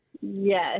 Yes